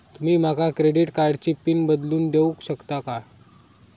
तुमी माका क्रेडिट कार्डची पिन बदलून देऊक शकता काय?